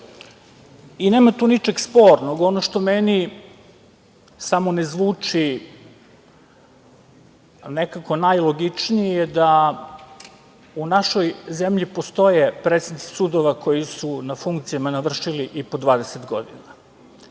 Nema tu ničega spornog. Ono što meni ne zvuči nekako najlogičnije da u našoj zemlji postoje predsednici sudova koji su na funkcijama navršili i po 20 godina.